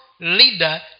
leader